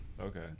Okay